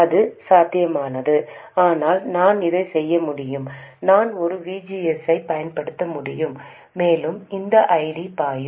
இது சாத்தியம் ஆனால் நான் இதை செய்ய முடியும் நான் ஒரு V G S ஐப் பயன்படுத்த முடியும் மேலும் இந்த I D பாயும்